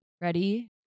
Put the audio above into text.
Ready